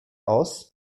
aus